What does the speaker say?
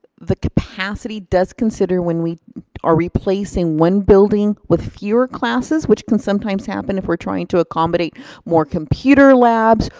the capacity does consider when we are replacing one building with fewer classes, which can sometimes happen if we're trying to accommodate more computer labs,